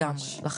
לגמרי, לחלוטין.